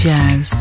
Jazz